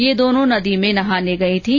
ये दोनों कल नदी में नहाने गई थीं